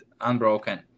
unbroken